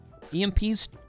emps